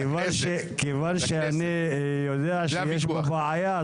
כיוון שאני יודע שיש פה בעיה,